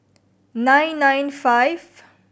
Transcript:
nine nine five